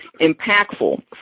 impactful